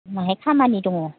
बाहाय खामानि दङ